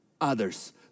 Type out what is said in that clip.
others